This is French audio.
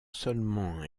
seulement